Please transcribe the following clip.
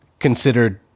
considered